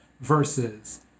versus